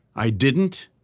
i didn't.